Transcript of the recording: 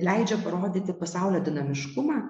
leidžia parodyti pasaulio dinamiškumą